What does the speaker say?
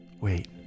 wait